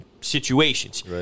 situations